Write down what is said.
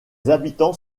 habitants